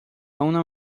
اونم